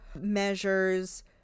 measures